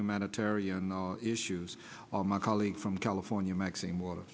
humanitarian issues all my colleague from california maxine water